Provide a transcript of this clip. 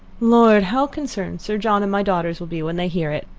lord! how concerned sir john and my daughters will be when they hear it!